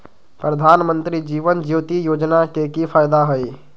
प्रधानमंत्री जीवन ज्योति योजना के की फायदा हई?